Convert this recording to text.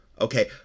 okay